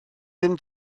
ddim